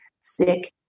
sick